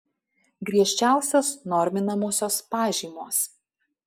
griežčiausios norminamosios pažymos